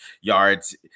yards